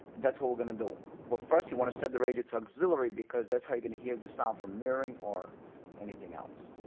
that's what we're gonna do but first you want to set the radio auxilary because that's how you gonna hear the sound from mirroring or anything else